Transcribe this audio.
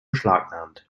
beschlagnahmt